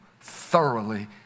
thoroughly